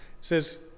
says